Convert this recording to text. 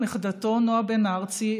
נכדתו נעה בן-ארצי,